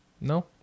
No